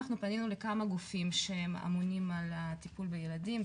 אנחנו פנינו לכמה גופים שאמונים על הטיפול בילדים,